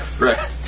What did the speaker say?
Right